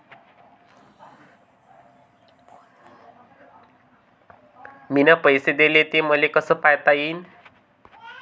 मिन पैसे देले, ते मले कसे पायता येईन?